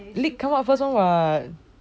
league come out first [one] [what]